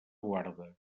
guarde